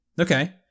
Okay